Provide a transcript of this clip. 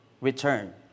return